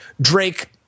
Drake